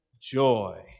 joy